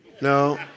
No